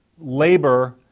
labor